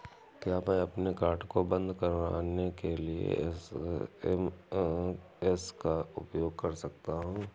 क्या मैं अपने कार्ड को बंद कराने के लिए एस.एम.एस का उपयोग कर सकता हूँ?